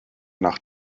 nach